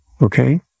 Okay